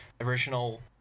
original